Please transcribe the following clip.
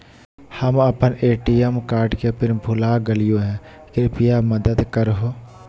हम अप्पन ATM card के पिन भुला गेलिओ हे कृपया मदद कर हो